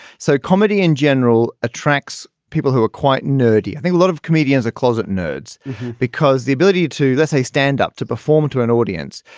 so comedy in general attracts people who are quite nerdy. i think a lot of comedians are closet nerds because the ability to that's a standup to perform to an audience.